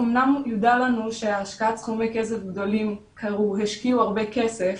אמנם נודע לנו שהשקיעו הרבה כסף,